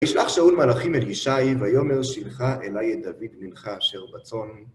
וישלח שאול מלאכים אל ישי, ויאמר שילחה אליי את דוד בנך אשר בצאן.